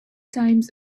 times